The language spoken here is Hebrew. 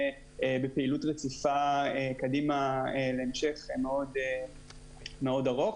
בפעילות רצופה קדימה להמשך מאוד ארוך.